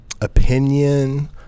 opinion